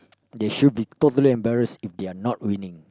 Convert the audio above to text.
they should be totally embarrassed if they are not winning